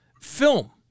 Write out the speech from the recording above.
film